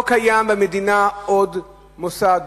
לא קיים במדינה עוד מוסד